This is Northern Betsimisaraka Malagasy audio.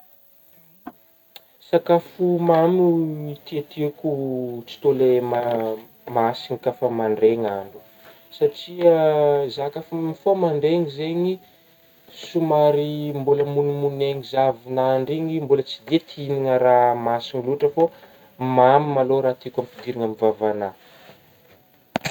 Sakafo mamy tietieko tsy tô le ma-masigna ka fa mandraigny andro satria zah ka fa mifôha mandraigny zegny somary mbola mognamognaigna zah avy nandry igny ,mbola tsy de tia ihignana raha masigna lôtra fô mamy ma lô raha tiako ampidirigna amin'ny vavanah.